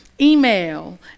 email